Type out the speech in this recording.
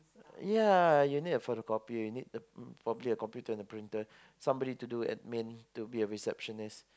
ya you need a photo copy you need a probably a computer and a printer somebody to do admin to be a receptionist